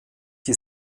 die